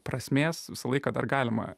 prasmės visą laiką dar galima